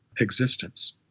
existence